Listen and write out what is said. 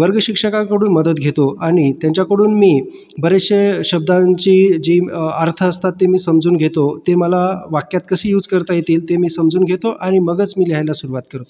वर्गशिक्षकांकडून मदत घेतो आणि त्यांच्याकडून मी बरेचसे शब्दांची जी अर्थ असतात ते मी समजून घेतो ते मला वाक्यात कसं यूज करता येतील ते मी समजून घेतो आणि मगच मी लिहायला सुरवात करतो